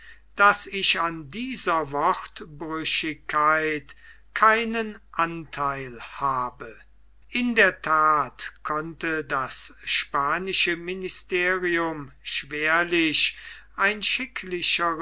daß ich an dieser wortbrüchigkeit keinen antheil habe in der that konnte das spanische ministerium schwerlich ein